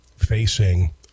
facing